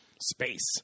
space